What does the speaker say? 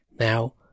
Now